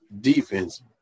defense